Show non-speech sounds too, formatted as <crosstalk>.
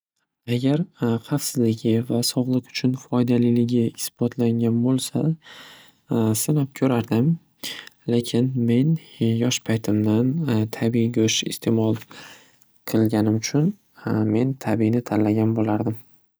Agar <hesitation> xavfsizligi va sog'lik uchun foydaliligi isbotlangan bo'lsa, <hesitation> sinab ko'rardim. <noise> Lekin men yosh paytimdan <hesitation> tabiiy go'sht iste'mol qilganim uchun <hesitation> men tabiiyni tanlagan bo'lardim.